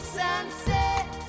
sunset